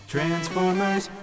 Transformers